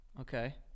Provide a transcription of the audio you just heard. Okay